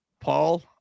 Paul